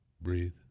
Breathe